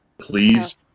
Please